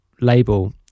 label